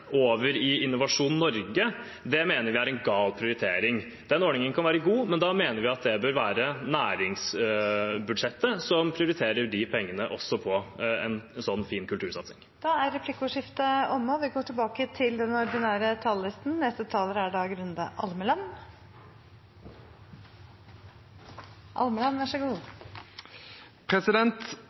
over i Innovasjon Norge er en gal prioritering. Den ordningen kan være god, men da mener vi de pengene bør prioriteres over næringsbudsjettet – også på en sånn fin kultursatsing. Da er replikkordskiftet omme. Et fritt kunst- og kulturliv med lave terskler for å delta og oppleve er avgjørende for et demokrati, og ikke minst sier det mye om hvilken type demokrati vi er.